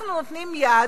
אנחנו נותנים יד,